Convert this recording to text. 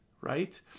right